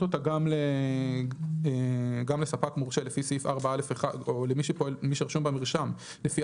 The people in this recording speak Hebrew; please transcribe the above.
אותה גם לספק מורשה או למי שרשום במרשם לפי